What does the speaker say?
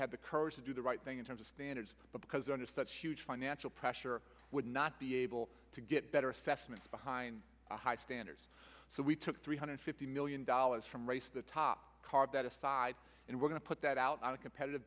have the courage to do the right thing in terms of standards but because under such huge financial pressure would not be able to get better assessments behind the high standards so we took three hundred fifty million dollars from race the top card that aside and we're going to put that out on a competitive